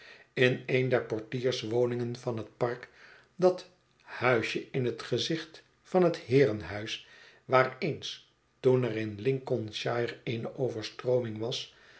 in een der portierswoningen van het park dat huisje in het gezicht van het heerenhuis waar eens toen er in lincolnshire eene overstrooming was